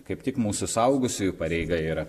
kaip tik mūsų suaugusiųjų pareiga yra